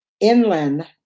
inland